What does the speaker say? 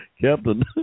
Captain